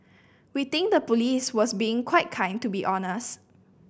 we think the police was being quite kind to be honest